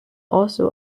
also